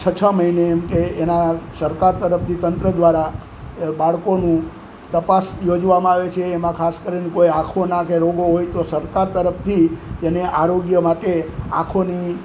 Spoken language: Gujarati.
છ છ મહિને એમ કે એના સરકાર તરફથી તંત્ર દ્વારા બાળકોની તપાસ યોજવામાં આવે છે એમાં ખાસ કરીને કોઈ આંખોના કે રોગો હોય તો સરકાર તરફથી તેને આરોગ્ય માટે આંખોની